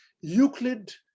Euclid